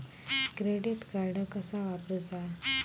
Credit card कसा वापरूचा?